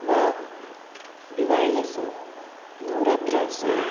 वा दिवाळी आसूं नवरात्र आसूं